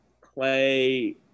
Clay